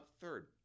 Third